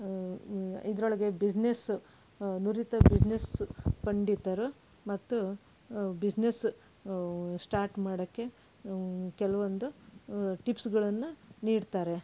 ಇದರೊಳಗೆ ಬಿಸ್ನೆಸ್ ನುರಿತ ಬಿಸ್ನೆಸ್ ಪಂಡಿತರು ಮತ್ತು ಬಿಸ್ನೆಸ್ ಸ್ಟಾರ್ಟ್ ಮಾಡೋಕ್ಕೆ ಕೆಲವೊಂದು ಟಿಪ್ಸುಗಳನ್ನು ನೀಡ್ತಾರೆ